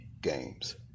games